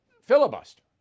filibuster